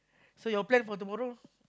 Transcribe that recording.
so your plan for tomorrow